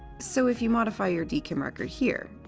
so if you modify your dkim record here,